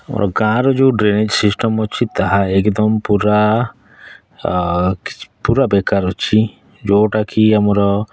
ଆମ ଗାଁରୁ ଯେଉଁ ଡ଼୍ରେନେଜ୍ ସିଷ୍ଟମ୍ ଅଛି ତାହା ଏକଦମ୍ ପୁରା ପୁରା ବେକାର୍ ଅଛି ଯେଉଁଟା କି ଆମର